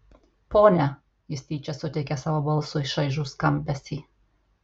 ponia jis tyčia suteikė savo balsui šaižų skambesį